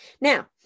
Now